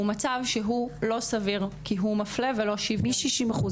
הוא מצב שהוא לא סביר כי הוא מפלה ולא --- מי 60%?